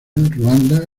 ruanda